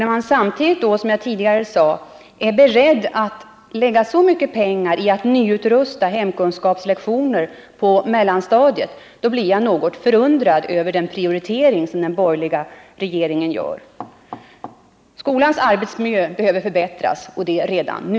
När man samtidigt, som jag tidigare påpekade, är beredd att lägga så mycket pengar på att nyutrusta lektionssalar för hemkunskap på mellanstadiet, blir jag något förundrad över den prioritering som de borgerliga partierna gör. Skolans arbetsmiljö behöver förbättras och det redan nu!